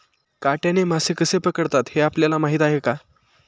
काट्याने मासे कसे पकडतात हे आपल्याला माहीत आहे का?